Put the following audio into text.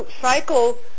cycle